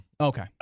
Okay